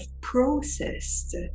processed